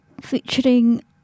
featuring